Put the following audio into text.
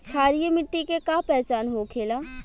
क्षारीय मिट्टी के का पहचान होखेला?